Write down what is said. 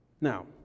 Now